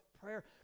prayer